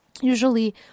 Usually